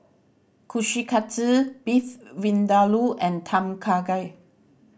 Kushikatsu Beef Vindaloo and Tom Kha Gai